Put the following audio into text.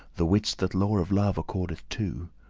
the which that law of love accordeth to.